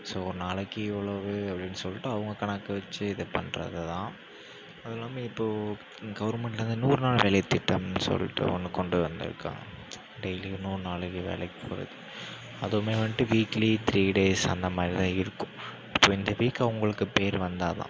so நாளைக்கு இவ்ளோவு அப்படின்னு சொல்லிட்டு அவங்க கணக்கு வச்சு இது பண்ணுறது தான் அதுவும் இல்லாமல் இப்போ கவர்மெண்ட்லேந்து நூறு நாள் வேலை திட்டம் சொல்லிட்டு ஒன்று கொண்டு வந்துருக்காங்க டெய்லியும் நூறு நாள் வேலைக்கு போகறது அதுவுமே வந்துட்டு வீக்லி த்ரீ டேஸ் அந்த மாதிரி தான் இருக்கும் இப்போ இந்த வீக் அவங்களுக்கு பேர் வந்தால் தான்